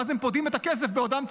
ואז הם פודים את הכסף בעודם צעירים,